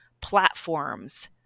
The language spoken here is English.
platforms